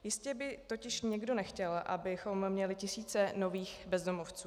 Jistě by totiž nikdo nechtěl, abychom měli tisíce nových bezdomovců.